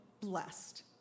blessed